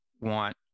want